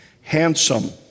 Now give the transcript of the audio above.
handsome